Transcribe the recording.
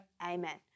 amen